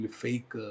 fake